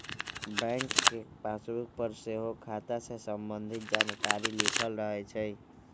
bank के passbook पर सेहो खता से संबंधित जानकारी लिखल रहै छइ